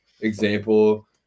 example